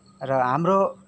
र हाम्रो